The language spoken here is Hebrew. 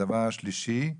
הדבר השלישי,